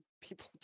people